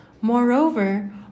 Moreover